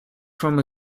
from